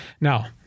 Now